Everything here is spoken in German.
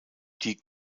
die